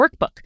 Workbook